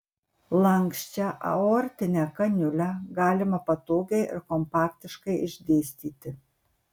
lanksčią aortinę kaniulę galima patogiai ir kompaktiškai išdėstyti